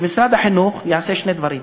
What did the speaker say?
שמשרד החינוך יעשה שני דברים,